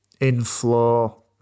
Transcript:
in-flow